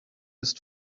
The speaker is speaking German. ist